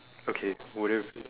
okay would it